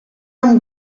amb